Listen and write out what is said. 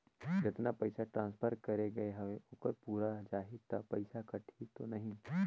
जतना पइसा ट्रांसफर करे गये हवे ओकर पूरा जाही न पइसा कटही तो नहीं?